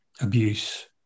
abuse